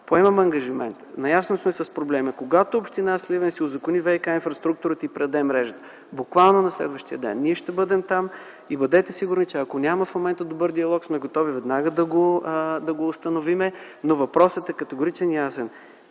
поемам ангажимент. Наясно съм с проблема. Когато община Сливен си узакони ВиК-инфраструктурата и предаде мрежата, буквално на следващия ден ние ще бъдем там. Бъдете сигурни, че ако няма в момента добър диалог, сме готови веднага да го установим. Въпросът е категоричен и ясен: